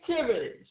activities